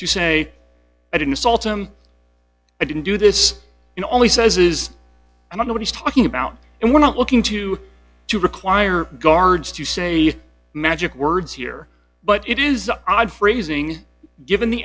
to say at an assault m i didn't do this it only says it is i don't know what he's talking about and we're not looking to to require guards to say magic words here but it is odd phrasing given the